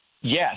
Yes